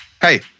hey